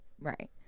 Right